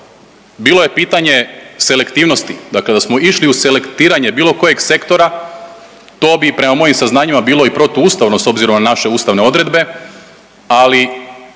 bilo je pitanje selektivnosti, dakle da smo išli u selektiranje bilo kojeg sektora to bi prema mojim saznanjima bilo i protuustavno s obzirom na naše ustavne odredbe, ali